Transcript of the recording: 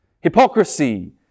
hypocrisy